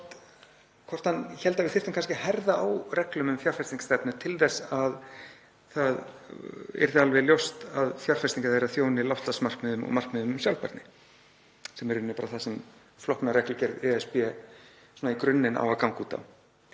hvort hann héldi að við þyrftum kannski að herða á reglum um fjárfestingarstefnu til þess að það yrði alveg ljóst að fjárfestingar þeirra þjónuðu loftslagsmarkmiðum og markmiðum um sjálfbærni, sem er í rauninni bara það sem flokkunarreglugerð ESB á að ganga út á